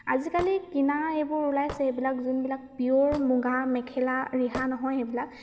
আজিকালি কিনা এইবোৰ ওলাইছে এইবিলাক যোনবিলাক পিয়ৰ মুগা মেখেলা ৰিহা নহয় সেইবিলাক